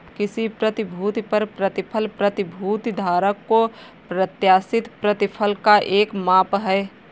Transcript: किसी प्रतिभूति पर प्रतिफल प्रतिभूति धारक को प्रत्याशित प्रतिफल का एक माप है